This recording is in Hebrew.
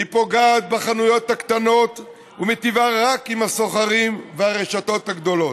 פוגעת בחנויות הקטנות ומיטיבה רק עם הסוחרים והרשתות הגדולות.